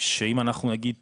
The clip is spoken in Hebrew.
שאם אנחנו נגיד,